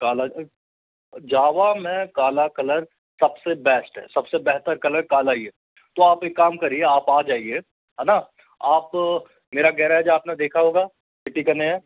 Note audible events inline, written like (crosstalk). काला जावा में काला कलर सबसे बेस्ट है सबसे बेहतर कलर काला ही है तो आप एक काम करिए आप आ जाइए है ना आप तो मेरा गैराज तो आपने देखा ही होगा (unintelligible)